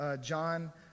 John